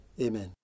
Amen